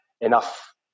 enough